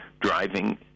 driving